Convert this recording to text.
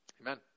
Amen